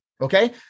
Okay